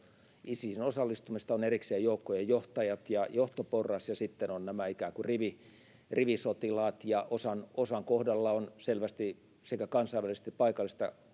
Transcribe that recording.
isisiin osallistumisesta on erikseen joukkojen johtajat ja johtoporras ja sitten ovat nämä ikään kuin rivisotilaat osan osan kohdalla on selvästi sekä kansainvälisesti että